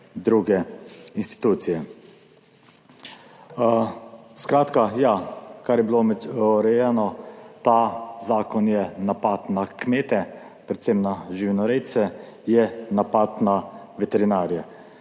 druge institucije. Skratka, ja, kar je bilo urejeno, ta zakon je napad na kmete, predvsem na živinorejce, je napad na veterinarje.